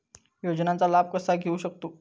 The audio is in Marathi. योजनांचा लाभ कसा घेऊ शकतू?